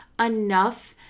enough